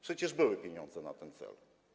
Przecież były pieniądze na ten cel.